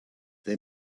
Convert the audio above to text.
they